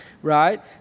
Right